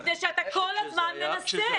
מפני שאתה כל הזמן מנסה.